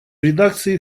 редакции